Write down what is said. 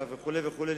וכן הלאה וכן הלאה,